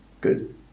good